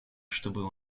чтобы